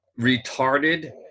retarded